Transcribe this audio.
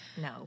no